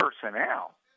personnel